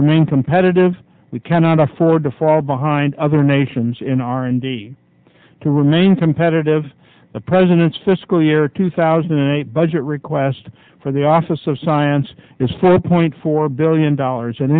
remain competitive we cannot afford to fall behind other nations in r and d to remain competitive the president's fiscal year two thousand and eight budget request for the office of science is four point four billion dollars